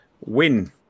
win